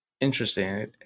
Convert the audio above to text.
Interesting